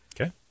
Okay